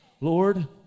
Lord